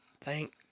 Thank